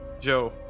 Joe